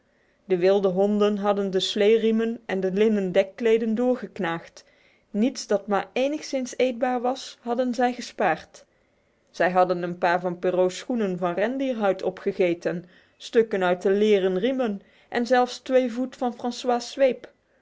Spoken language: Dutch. de wilde honden hadden de sleeriemen en de linnen dekkleden doorgeknaagd niets dat maar enigszins eetbaar was hadden zij gespaard zij hadden een paar van perrault's schoenen van rendierhuid opgegeten stukken uit de leren riemen en zelfs twee voet van francois zweep